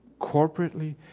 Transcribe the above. corporately